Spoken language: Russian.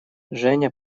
женя